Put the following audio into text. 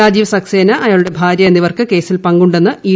രാജീവ് സക്സേന അയാളുടെ ഭാര്യ എന്നിവയ്ക്ക് കേസിൽ പങ്കുണ്ടെന്ന് ഇ